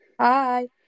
Hi